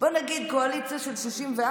בוא נגיד, קואליציה של 64?